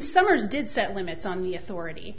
summers did set limits on the authority